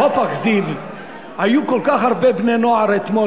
בחוף אכזיב היו כל כך הרבה בני-נוער אתמול